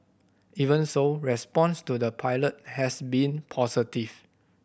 even so response to the pilot has been positive